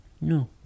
no